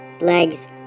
legs